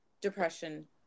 depression